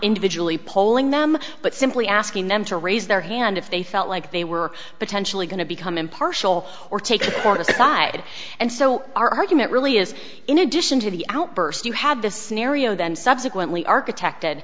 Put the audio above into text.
individually polling them but simply asking them to raise their hand if they felt like they were potentially going to become impartial or take for the side and so our argument really is in addition to the outburst you had this scenario then subsequently architect